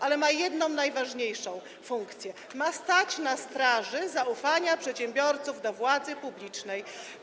Ale on ma jedną najważniejszą funkcję: ma stać na straży zaufania przedsiębiorców do władzy publicznej.